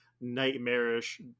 nightmarish